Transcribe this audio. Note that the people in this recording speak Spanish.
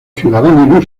ciudadano